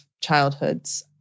childhoods